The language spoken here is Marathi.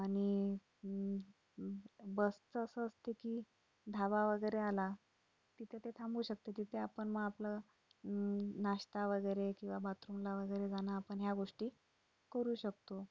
आणि बसचं असं असतं की धावा वगैरे आला तिथं ते थांबू शकते तिथे आपण मग आपलं नाश्ता वगैरे किंवा बाथरूमला वगैरे जाणं आपण या गोष्टी करू शकतो